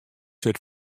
sit